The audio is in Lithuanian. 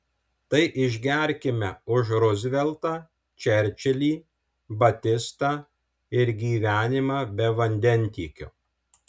tai išgerkime už ruzveltą čerčilį batistą ir gyvenimą be vandentiekio